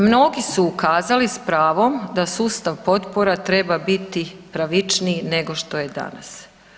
Mnogi su ukazali s pravom da sustav potpora treba biti pravičniji nego što je danas.